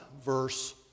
verse